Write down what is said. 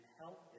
help